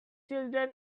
children